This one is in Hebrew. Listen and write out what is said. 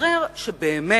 מתברר מעל